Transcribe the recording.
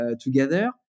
together